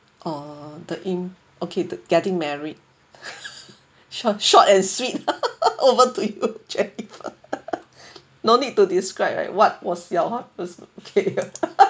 oh the in okay the getting married short short and sweet over to you jennifer no need to describe right what was your